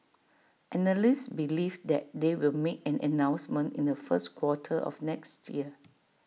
analysts believe that they will make an announcement in the first quarter of next year